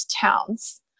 towns